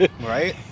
Right